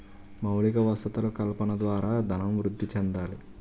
మౌలిక వసతులు కల్పన ద్వారా ధనం వృద్ధి చెందాలి